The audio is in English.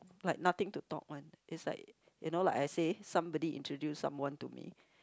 like nothing to talk one is like you know like I say somebody introduce someone to me